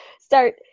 start